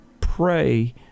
Pray